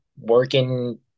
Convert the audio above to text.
working